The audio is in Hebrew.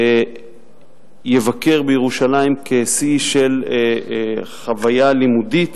יבקר בירושלים, כשיא של חוויה לימודית,